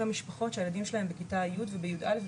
גם משפחות שהילדים שלהן בכיתה י'-י"א-י"ב,